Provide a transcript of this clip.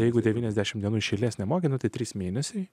jeigu devyniadešim dienų iš eilės nemoki tai trys mėnesiai